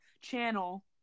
channel